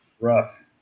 Rough